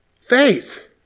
Faith